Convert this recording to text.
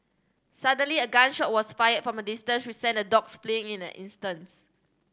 suddenly a gun shot was fired from a distance which sent the dogs fleeing in an instants